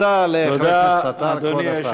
תודה לחבר הכנסת עטר.